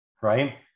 right